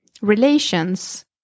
relations